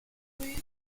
früh